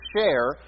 share